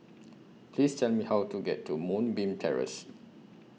Please Tell Me How to get to Moonbeam Terrace